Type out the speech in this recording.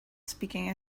speaking